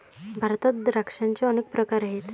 भारतात द्राक्षांचे अनेक प्रकार आहेत